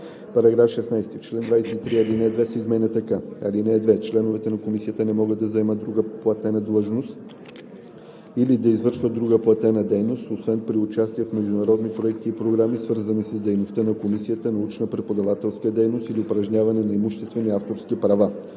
§ 16: „§ 16. В чл. 23 ал. 2 се изменя така: „(2) Членовете на комисията не могат да заемат друга платена длъжност или да извършват друга платена дейност, освен при участие в международни проекти и програми, свързани с дейността на комисията, научна, преподавателска дейност или упражняване на имуществени авторски права,